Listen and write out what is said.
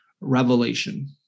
revelation